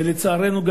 ולצערנו,